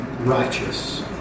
righteous